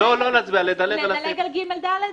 נצביע עליו אחר כך.